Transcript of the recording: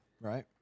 Right